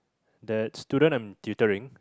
that student I'm tutoring